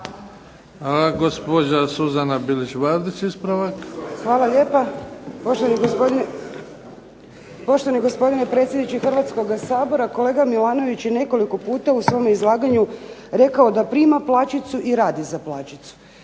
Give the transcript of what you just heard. ispravak. **Bilić Vardić, Suzana (HDZ)** Hvala lijepa. Poštovani gospodine predsjedniče Hrvatskoga sabora kolega Milanović je nekoliko puta u svome izlaganju rekao da prima plaćicu i radi za plaćicu.